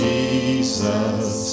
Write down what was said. Jesus